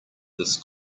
this